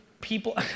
people